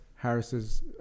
Harris's